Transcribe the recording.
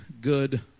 good